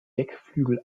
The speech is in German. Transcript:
deckflügel